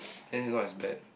then it's not as bad